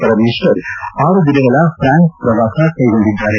ಪರಮೇಶ್ವರ್ ಆರು ದಿನಗಳ ಫ್ರಾನ್ಸ್ ಪ್ರವಾಸ ಕೈಗೊಂಡಿದ್ದಾರೆ